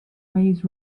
waves